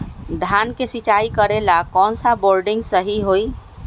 धान के सिचाई करे ला कौन सा बोर्डिंग सही होई?